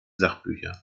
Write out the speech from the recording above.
sachbücher